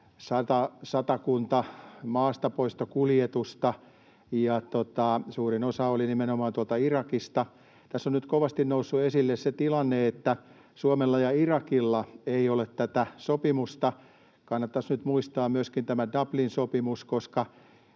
satakunta maastapoistokuljetusta, ja suurin osa poistettavista oli nimenomaan tuolta Irakista. Tässä on nyt kovasti noussut esille se tilanne, että Suomella ja Irakilla ei ole tätä sopimusta. Kannattaisi nyt muistaa myöskin tämä Dublin-sopimus,